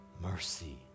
Mercy